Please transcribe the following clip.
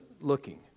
looking